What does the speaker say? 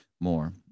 more